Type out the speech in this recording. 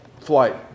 flight